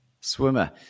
Swimmer